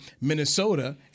Minnesota